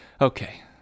Okay